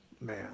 man